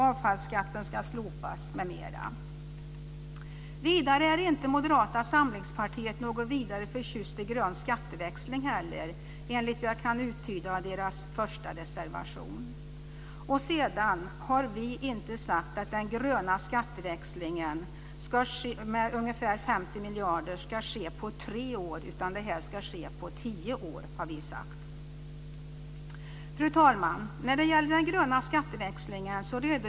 Avfallsskatten ska slopas, m.m. Moderata samlingspartiet är inte heller vidare förtjust i grön skatteväxling, enligt vad jag kan uttyda av deras första reservation. Vi har inte sagt att den gröna skatteväxlingen på ungefär 50 miljarder ska ske på tre år utan på tio år. Fru talman!